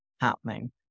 happening